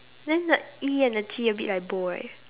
then the E and the T a bit like bold right